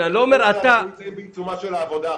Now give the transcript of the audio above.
עכשיו אנחנו בעיצומה של העבודה.